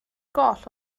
goll